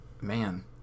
man